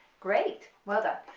great, well done,